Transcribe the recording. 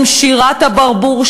הם שירת הברבור,